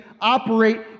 operate